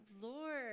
Lord